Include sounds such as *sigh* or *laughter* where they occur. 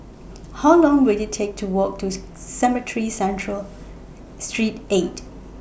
How Long Will IT Take to Walk to *noise* Cemetry Central Street eight